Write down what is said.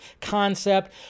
concept